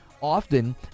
often